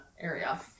area